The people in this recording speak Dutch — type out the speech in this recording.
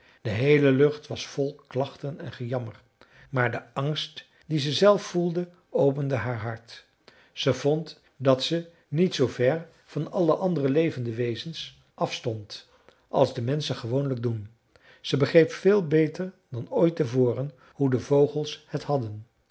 de heele lucht was vol klachten en gejammer maar de angst dien ze zelf voelde opende haar hart ze vond dat ze niet zoo ver van alle andere levende wezens af stond als de menschen gewoonlijk doen ze begreep veel beter dan ooit te voren hoe de vogels het hadden